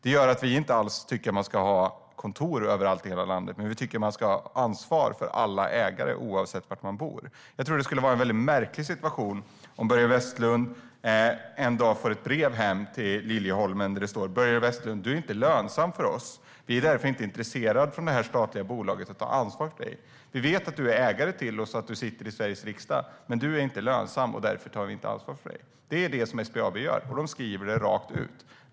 Det gör att vi inte alls tycker att man ska ha kontor överallt i hela landet, men vi tycker att man ska ha ansvar för alla ägare oavsett var de bor. Jag tror att det skulle vara en märklig situation om Börje Vestlund en dag får ett brev hem till Liljeholmen där det står: Börje Vestlund! Du är inte lönsam för oss. Vi är därför inte intresserade från detta statliga bolag av att ta ansvar för dig. Vi vet att du är ägare till oss och att du sitter i Sveriges riksdag. Men du är inte lönsam, och därför tar vi inte ansvar för dig. Det är det som SBAB gör, och de skriver det rakt ut.